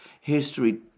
history